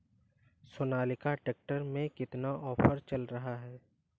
Sonalika tractor में कितना offer चल रहा है?